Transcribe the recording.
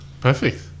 Perfect